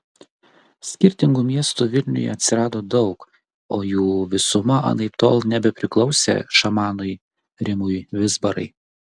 skirtingų miestų vilniuje atsirado daug o jų visuma anaiptol nebepriklausė šamanui rimui vizbarai